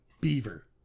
Beaver